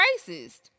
racist